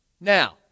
Now